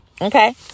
okay